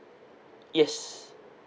yes